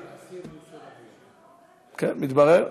כן, מתברר.